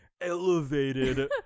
elevated